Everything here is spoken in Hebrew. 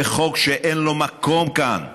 וחוק שאין לו מקום כאן.